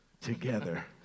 together